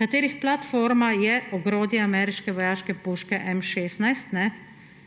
katerih platforma je ogrodje ameriške vojaške puške M16,